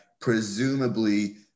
presumably